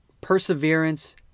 perseverance